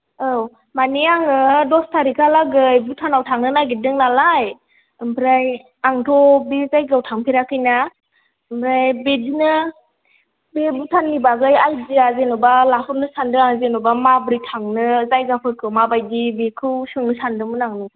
औ मानि आङो दस थारिखालागै भुटानाव थांनो नागिरदों नालाय ओमफ्राय आंथ' बे जायगायाव थांफेराखै ना ओमफ्राय बेदिनो बे भुटाननि बागै आयदिया जेन'बा लाखनो सानदों आं जेन'बा माब्रै थांनो जायगाफोरखौ माबायदि बेखौ सोंनो सानदोंमोन आं